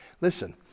Listen